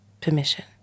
permission